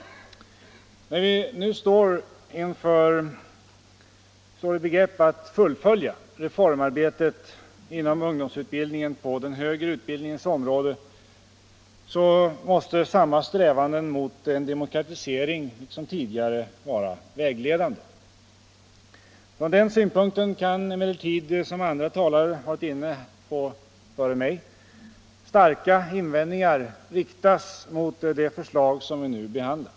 När vi nu står i begrepp att fullfölja reformarbetet inom ungdomsutbildningen på den högre utbildningens område, måste samma strävanden som tidigare till en demokratisering vara vägledande. Från den synpunkten kan emellertid, som andra talare varit inne på före mig, starka invändningar riktas mot det förslag som vi nu behandlar.